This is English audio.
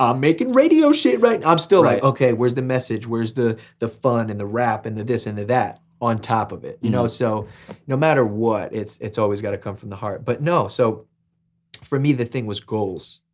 um making radio shit, i'm still like okay where's the message, where's the the fun, and the rap, and the this and the that, on top of it. you know so no matter what, it's it's always gotta come from the heart. but no, so for the thing was goals.